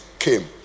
Came